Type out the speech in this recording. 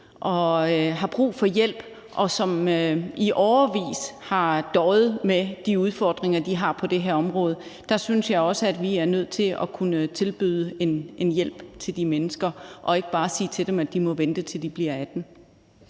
og har brug for hjælp, og som i årevis har døjet med de udfordringer, de har på det her område. Der synes jeg også, vi er nødt til at kunne tilbyde en hjælp til de mennesker og ikke bare sige til dem, at de må vente, til de bliver 18